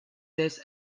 this